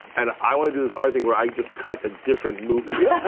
and i wanna do this art thing where i just cut a different movie. yeah